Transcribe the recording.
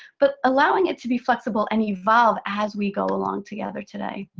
but allowing it to be flexible and evolve as we go along together today.